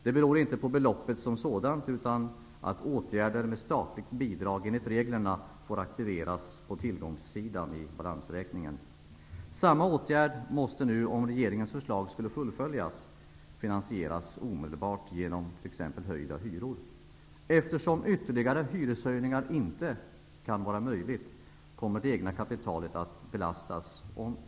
Det beror inte på beloppet som sådant utan på att åtgärder med statligt bidrag enligt reglerna får aktiveras på tillgångssidan i balansräkningen. Samma åtgärd måste, om regeringens förslag skulle fullföljas, omedelbart finansieras genom t.ex. höjda hyror. Eftersom ytterligare hyreshöjningar inte är möjliga kommer det egna kapitalet att belastas.